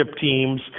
teams